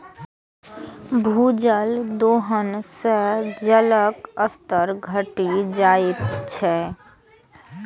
भूजल दोहन सं जलक स्तर घटि जाइत छै